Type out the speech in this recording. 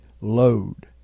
load